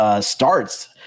Starts